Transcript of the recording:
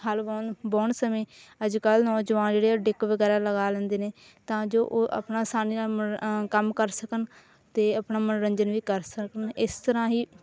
ਹਲ ਵਾਹੁਣ ਵਾਹੁਣ ਸਮੇਂ ਅੱਜ ਕੱਲ ਨੌਜਵਾਨ ਜਿਹੜੇ ਆ ਡੈੱਕ ਵਗੈਰਾ ਲਗਾ ਲੈਂਦੇ ਨੇ ਤਾਂ ਜੋ ਉਹ ਆਪਣਾ ਆਸਾਨੀ ਨਾਲ ਮਨੋ ਕੰਮ ਕਰ ਸਕਣ ਅਤੇ ਆਪਣਾ ਮਨੋਰੰਜਨ ਵੀ ਕਰ ਸਕਣ ਇਸ ਤਰ੍ਹਾਂ ਹੀ